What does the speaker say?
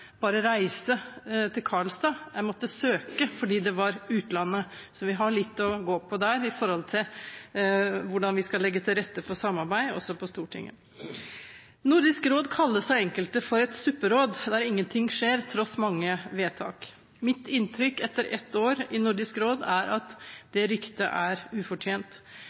bare reise til Karlstad, jeg måtte søke om det fordi det var i utlandet. Så vi har litt å gå på når det gjelder hvordan vi skal legge til rette for samarbeid, også på Stortinget. Nordisk råd kalles av enkelte et supperåd der ingenting skjer, til tross for mange vedtak. Mitt inntrykk etter ett år i Nordisk råd er at det ryktet er ufortjent.